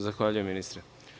Zahvaljujem, ministre.